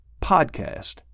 podcast